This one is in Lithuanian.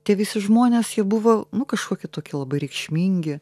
tie visi žmonės jie buvo nu kažkokie kitokie labai reikšmingi